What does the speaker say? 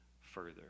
further